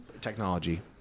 technology